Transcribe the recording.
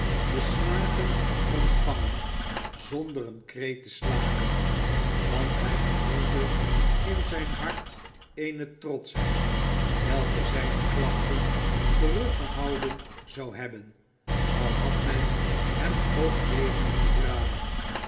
de slagen ontvangen zonder een kreet te slaken want hij gevoelde in zijn hart eene trotschheid welke zijne klachten teruggehouden zou hebben al had men hem ook levend gebraden